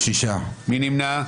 לפניכם,